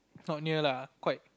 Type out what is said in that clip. not near lah quite